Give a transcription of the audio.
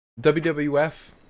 WWF